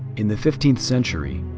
in the fifteenth century,